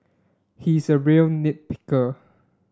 he is a real nit picker